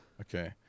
Okay